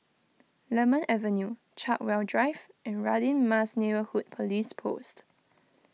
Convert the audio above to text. Lemon Avenue Chartwell Drive and Radin Mas Neighbourhood Police Post